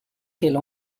qu’elle